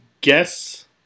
guess